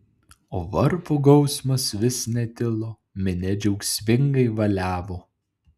o varpo gausmas vis netilo minia džiaugsmingai valiavo